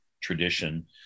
tradition